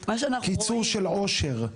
קיצור של עושר.